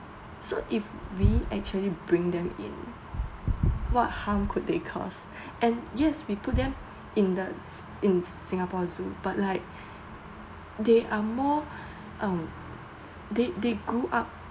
so if we actually bring them in what harm could they cause and yes we put them in the s~ in singapore zoo but like they are more um they they grew up